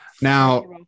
now